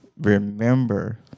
remember